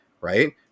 right